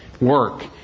work